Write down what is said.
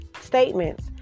statements